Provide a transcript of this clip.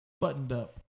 buttoned-up